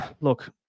look